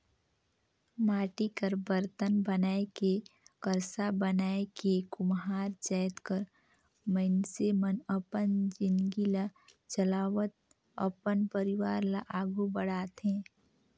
माटी कर बरतन बनाए के करसा बनाए के कुम्हार जाएत कर मइनसे मन अपन जिनगी ल चलावत अपन परिवार ल आघु बढ़ाथे